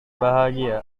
bahagia